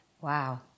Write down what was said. Wow